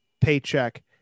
paycheck